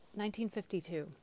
1952